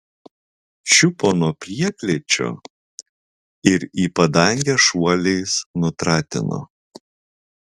čiupo nuo prieklėčio ir į padangę šuoliais nutratino